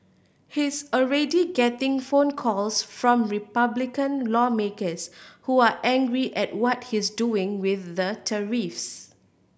he's already getting phone calls from Republican lawmakers who are angry at what he's doing with the tariffs